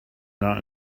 not